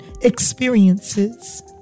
experiences